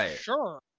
sure